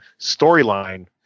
storyline